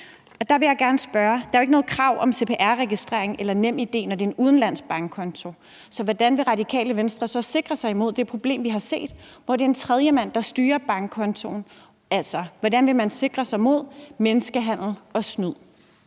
Der vil jeg gerne spørge: Der er jo ikke noget krav om cpr-registrering eller MitID, når det er en udenlandsk bankkonto, så hvordan vil Radikale Venstre sikre sig imod det problem, vi har set, hvor det er en tredjemand, der styrer bankkontoen? Altså, hvordan vil man sikre sig mod menneskehandel og snyd?